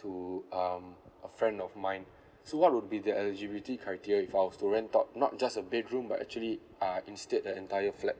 to um a friend of mine so what would be the eligibility criteria if I was to rent out not just a bedroom but actually uh instead the entire flat